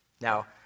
Now